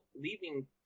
leaving